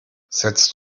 setzt